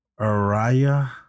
Araya